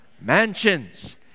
Mansions